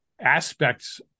aspects